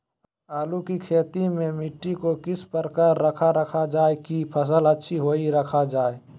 आलू की खेती में मिट्टी को किस प्रकार रखा रखा जाए की फसल अच्छी होई रखा जाए?